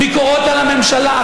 ביקורות על הממשלה,